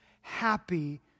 happy